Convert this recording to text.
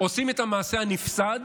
עושים את המעשה הנפסד